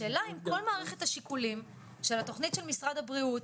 השאלה היא אם כל מערכת השיקולים של התכנית של משרד הבריאות